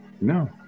No